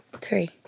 three